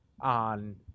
on